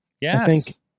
Yes